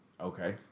Okay